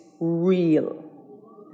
real